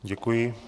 Děkuji.